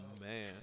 man